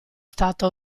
stato